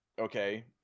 okay